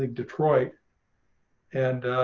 like detroit and